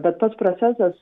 bet pats procesas